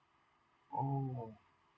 oh